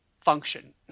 function